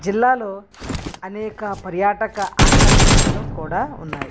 జిల్లాలో అనేక పర్యాటక ఆకర్షణలు కూడా ఉన్నాయి